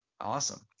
awesome